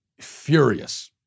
furious